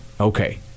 okay